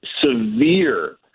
severe